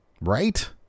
Right